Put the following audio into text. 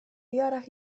jarach